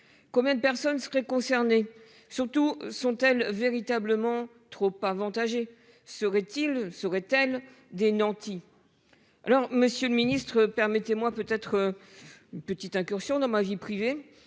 Combien de personnes seraient concernées ? Surtout, sont-elles véritablement trop avantagées ? Seraient-elles des nantis ? Monsieur le ministre, permettez-moi une petite incursion dans ma vie privée.